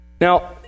Now